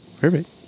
Perfect